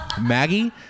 Maggie